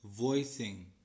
voicing